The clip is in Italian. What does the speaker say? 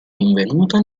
rinvenuta